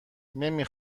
نمی